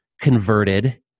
converted